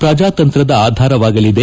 ಪ್ರಜಾತಂತ್ರದ ಆಧಾರವಾಗಲಿದೆ